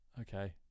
Okay